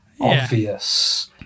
obvious